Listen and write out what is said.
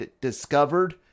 discovered